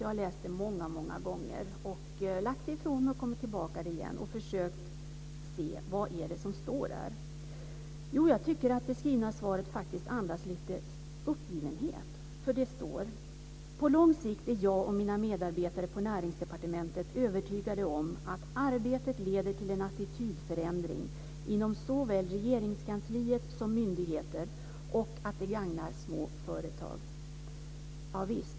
Jag har läst det många gånger. Jag har lagt det ifrån mig och kommit tillbaka till det och försökt att se vad som står där. Jag tycker faktiskt att svaret andas lite uppgivenhet. Det står: "På lång sikt är jag och mina medarbetare på Näringsdepartementet övertygade om att arbetet leder till en attitydförändring inom såväl Regeringskansliet som myndigheter och att det gagnar små företag."